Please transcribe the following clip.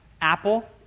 Apple